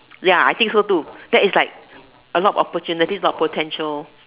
ya I think so too that is like a lot opportunities and potential